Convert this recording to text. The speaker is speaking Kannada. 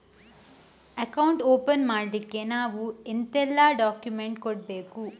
ಅಕೌಂಟ್ ಓಪನ್ ಮಾಡ್ಲಿಕ್ಕೆ ನಾವು ಎಂತೆಲ್ಲ ಡಾಕ್ಯುಮೆಂಟ್ಸ್ ಕೊಡ್ಬೇಕು?